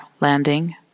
landing